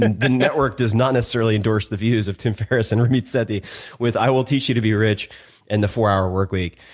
and the network does not necessarily endorse the views of tim ferris and ramit sethi with i will teach you to be rich and the four hour workweek.